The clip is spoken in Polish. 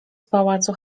pałacu